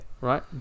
Right